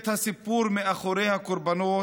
את הסיפור מאחורי הקורבנות,